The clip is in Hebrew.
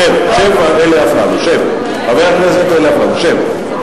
חבר הכנסת אלי אפללו, שב.